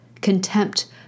Contempt